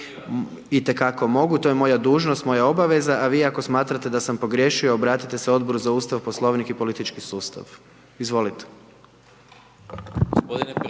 Itekako mogu, to je moja dužnost, moja obaveza, a vi ako smatrate da sam pogriješio, obratiti se Odboru za Ustav, Poslovnik i politički sustav. Izvolite.